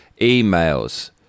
emails